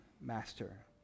master